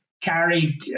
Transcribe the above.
carried